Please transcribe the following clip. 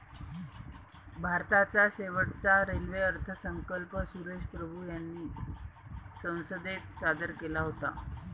भारताचा शेवटचा रेल्वे अर्थसंकल्प सुरेश प्रभू यांनी संसदेत सादर केला होता